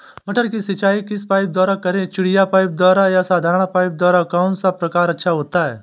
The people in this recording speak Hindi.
मटर की सिंचाई किस पाइप द्वारा करें चिड़िया पाइप द्वारा या साधारण पाइप द्वारा कौन सा प्रकार अच्छा होता है?